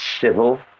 civil